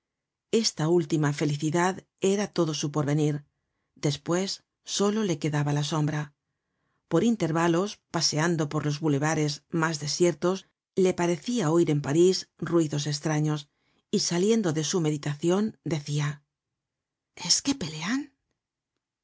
esta última felicidad era todo su porvenir despues solo le quedaba la sombra por intervalos paseando por los boulevares mas desiertos le parecia oir en parís ruidos estraños y saliendo de su meditacion decia es que pelean